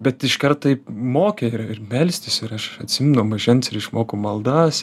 bet iškart taip mokė melstis ir aš atsimenu nuo mažens ir išmokau maldas